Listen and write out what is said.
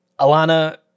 Alana